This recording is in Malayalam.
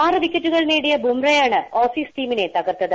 ആറ് വിക്കറ്റുകൾ നേടിയ ബുംറയാണ് ഓസീസ് ടീമിനെ തകർത്തത്